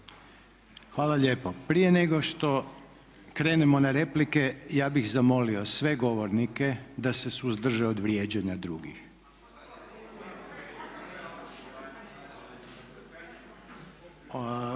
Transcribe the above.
Hvala lijepo. Prije nego što krenemo na replike ja bih zamolio sve govornike da se suzdrže od vrijeđanja drugih. Prvi